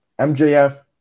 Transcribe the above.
mjf